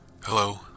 Hello